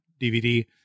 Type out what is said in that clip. DVD